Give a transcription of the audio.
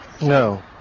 No